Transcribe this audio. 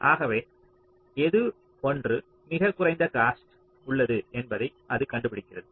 ஆகவே எது ஒன்று மிகக் குறைந்த காஸ்ட் ஆக உள்ளது என்பதை அது கண்டு பிடிக்கிறது